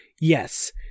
yes